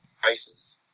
Prices